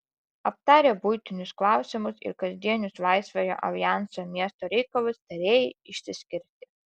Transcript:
aptarę buitinius klausimus ir kasdienius laisvojo aljanso miesto reikalus tarėjai išsiskirstė